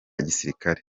gisirikare